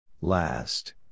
Last